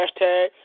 Hashtag